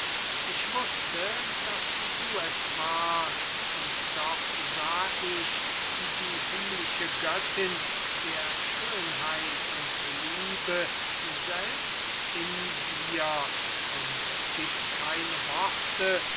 ich wußte daß du es warst und doch sah ich die himmlische göttin der schönheit und liebe selbst in dir und es giebt keine worte